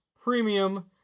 premium